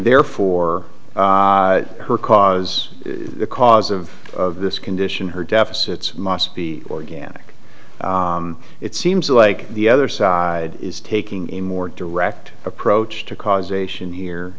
therefore her cause the cause of this condition her deficits must be organic it seems like the other side is taking a more direct approach to causation here